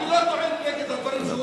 אני לא טוען נגד הדברים שהוא אומר,